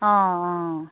অঁ অঁ